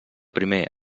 primer